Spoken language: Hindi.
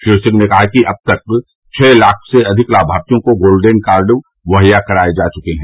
श्री सिंह ने कहा कि अब तक छह लाख से अधिक लाभार्थियों को गोल्डन कार्ड मुहैया कराये जा चुके हैं